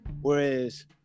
whereas